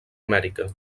amèrica